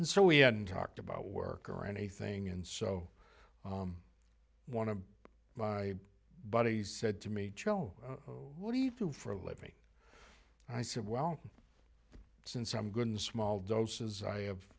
and so we hadn't talked about work or anything and so one of my buddies said to me joe what do you do for a living i said well since i'm good in small doses i